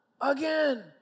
again